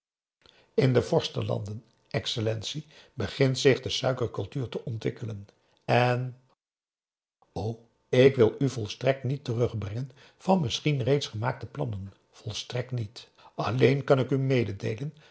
in de vorstenlanden excellentie begint zich de suikercultuur te ontwikkelen en o ik wil u volstrekt niet terugbrengen van misschien reeds gemaakte plannen volstrekt niet alleen kan ik u mededeelen